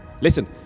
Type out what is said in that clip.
Listen